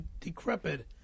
decrepit